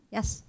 Yes